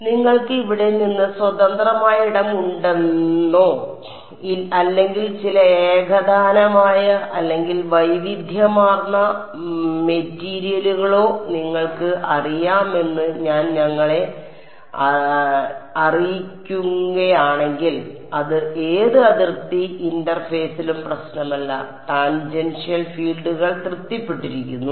അതിനാൽ നിങ്ങൾക്ക് ഇവിടെ നിന്ന് സ്വതന്ത്രമായ ഇടം ഉണ്ടെന്നോ അല്ലെങ്കിൽ ചില ഏകതാനമായ അല്ലെങ്കിൽ വൈവിധ്യമാർന്ന മെറ്റീരിയലുകളോ നിങ്ങൾക്ക് അറിയാമെന്ന് ഞാൻ ഞങ്ങളെ അറിയിക്കുകയാണെങ്കിൽ അത് ഏത് അതിർത്തി ഇന്റർഫേസിലും പ്രശ്നമല്ല ടാൻജെൻഷ്യൽ ഫീൽഡുകൾ തൃപ്തിപ്പെട്ടിരിക്കുന്നു